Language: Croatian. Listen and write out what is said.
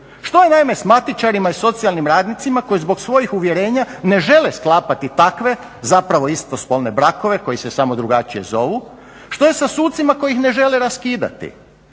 Što je naime sa matičarima i socijalnim radnicima koji zbog svojih uvjerenja ne žele sklapati takve zapravo istospolne brakove koji se samo drugačije zovu. Što je sa sucima koji ih ne žele raskidati?